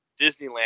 Disneyland